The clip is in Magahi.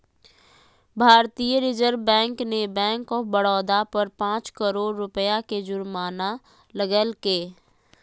भारतीय रिजर्व बैंक ने बैंक ऑफ बड़ौदा पर पांच करोड़ रुपया के जुर्माना लगैलके